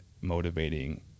motivating